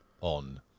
on